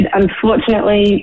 unfortunately